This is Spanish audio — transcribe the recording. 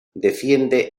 defiende